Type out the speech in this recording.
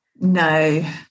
No